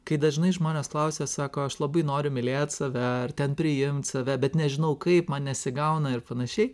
kai dažnai žmonės klausia sako aš labai noriu mylėt save ar ten priimt save bet nežinau kaip man nesigauna ir panašiai